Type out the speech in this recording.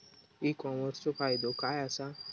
E कॉमर्सचो फायदो काय असा?